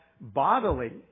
bodily